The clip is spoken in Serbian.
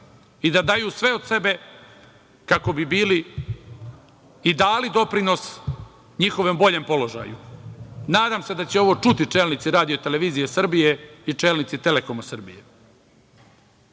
i da daju sve od sebe kako bi bili i dali doprinos njihovom boljem položaju. Nadam se da će ovo čuti čelnici RTS i čelnici Telekoma Srbije. Puno